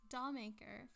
Dollmaker